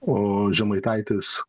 o žemaitaitis